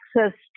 access